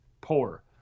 poor